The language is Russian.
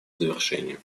завершению